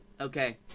okay